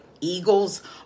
eagles